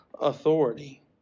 authority